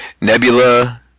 Nebula